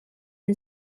and